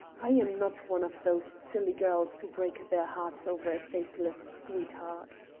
i am not one of those silly girls who break their hearts over a faithless sweetheart.